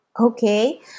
Okay